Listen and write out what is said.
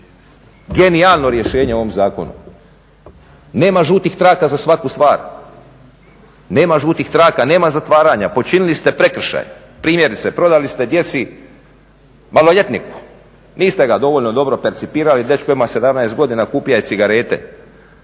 Genijalno rješenje u ovom zakonu, nema žutih traka za svaku stvar, nema žutih traka, nema zatvaranja. Počinili ste prekršaj, primjerice, prodali ste djeci maloljetniku, niste ga dovoljno dobro percipirali dečko ima 17 godina kupili ste cigarete,